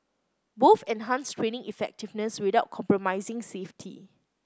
both enhanced training effectiveness without compromising safety